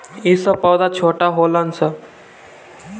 ई सब पौधा छोट होलन सन